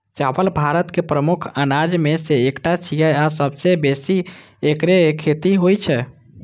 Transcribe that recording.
चावल भारत के प्रमुख अनाज मे सं एकटा छियै आ सबसं बेसी एकरे खेती होइ छै